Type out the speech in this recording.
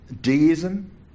deism